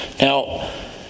Now